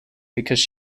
because